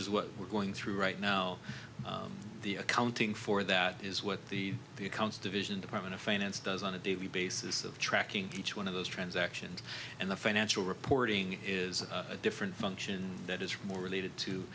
is what we're going through right now the accounting for that is what the the accounts division department of it's does on a daily basis of tracking each one of those transactions and the financial reporting is a different function that is more related to